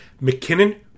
McKinnon